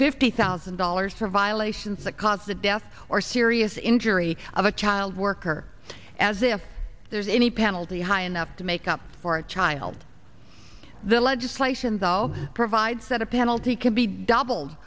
fifty thousand dollars for violations that cause the death or serious injury of a child worker as if there's any penalty high enough to make up for a child the legislation though provides that a penalty can be doubled